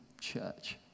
church